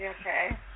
Okay